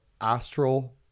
Astral